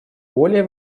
более